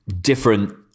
different